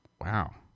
Wow